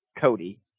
Cody